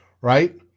right